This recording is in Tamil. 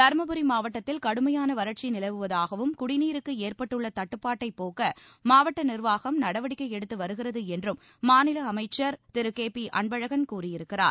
தர்மபுரி மாவட்டத்தில் கடுமையான வறட்சி நிலவுவதாகவும் குடிநீருக்கு ஏற்பட்டுள்ள தட்டுப்பாட்டைப் போக்க மாவட்ட நிர்வாகம் நடவடிக்கை எடுத்து வருகிறது என்றும் மாநில அமைச்சர் கே பி அன்பழகன் கூறியிருக்கிறார்